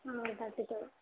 thirty thousand